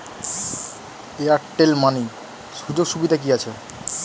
Airtel money সুযোগ সুবিধা কি আছে?